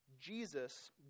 Jesus